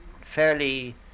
fairly